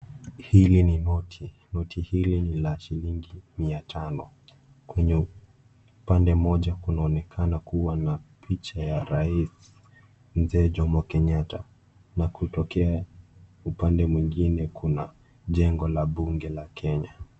Hili ni noti. Noti hili ni la shilingi mia tano. Kwenye upande moja kunaonekana kuna, picha ya raisi Mzee Jomo Kenyatta na kutokea upande mwingine, kuna jengo la bunge la Kenya.